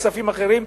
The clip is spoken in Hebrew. כספים אחרים,